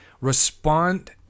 respond